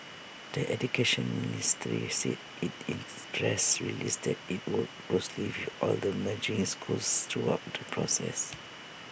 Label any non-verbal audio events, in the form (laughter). the Education Ministry said IT in (unintelligible) press release that IT worked closely with all the merging schools throughout the process